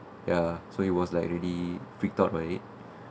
ya so it was like really freaked out by it